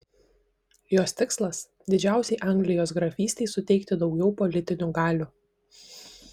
jos tikslas didžiausiai anglijos grafystei suteikti daugiau politinių galių